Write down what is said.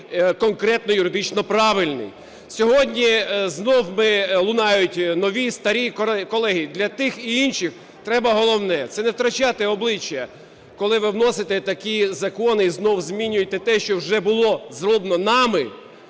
конкретно юридично правильний. Сьогодні знову лунають нові, старі… Колеги, для тих і інших треба головне – це не втрачати обличчя, коли ви вносите такі закони і знову змінюєте те, що вже було зроблено нами